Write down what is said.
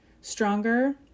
stronger